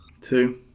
Two